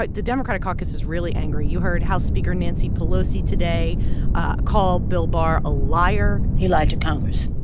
but the democratic caucus is really angry. you heard house speaker nancy pelosi today ah call bill barr a liar he lied to congress.